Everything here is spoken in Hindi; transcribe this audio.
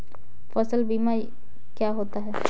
फसल बीमा क्या होता है?